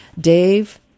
Dave